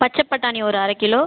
பச்சை பட்டாணி ஒரு அரை கிலோ